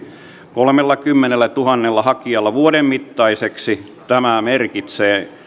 kolmellakymmenellätuhannella hakijalla vuoden mittaiseksi tämä merkitsee